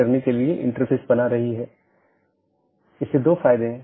यह चीजों की जोड़ता है